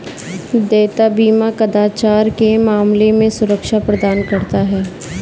देयता बीमा कदाचार के मामले में सुरक्षा प्रदान करता है